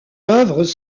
œuvres